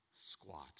squat